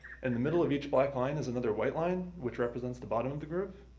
and the middle of each black line is another white line, which represents the bottom of the groove.